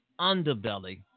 underbelly